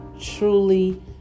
truly